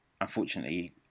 unfortunately